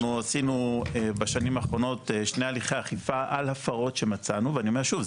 עשינו בשנים האחרונות שני הליכי אכיפה על הפרות שמצאנו ואני אומר שוב,